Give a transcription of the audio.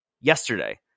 yesterday